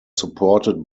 supported